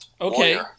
Okay